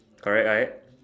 correct right